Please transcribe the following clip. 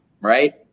right